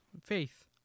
Faith